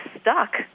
stuck